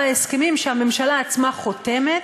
בהסכמים שהממשלה עצמה חותמת,